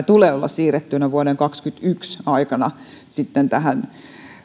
tulee olla siirrettyinä vuoden kaksikymmentäyksi aikana